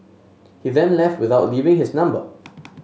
he then left without leaving his number